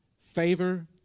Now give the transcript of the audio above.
favor